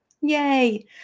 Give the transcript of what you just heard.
Yay